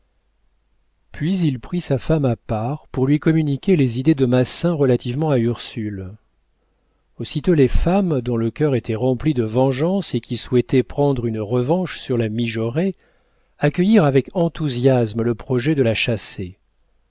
puis il prit sa femme à part pour lui communiquer les idées de massin relativement à ursule aussitôt les femmes dont le cœur était rempli de vengeance et qui souhaitaient prendre une revanche sur la mijaurée accueillirent avec enthousiasme le projet de la chasser